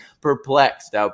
perplexed